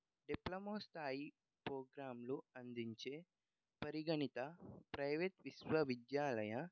diploma స్థాయి ప్రోగ్రాంలు అందించే పరిగణిత ప్రైవేట్ విశ్వవిద్యాలయ